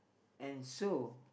and so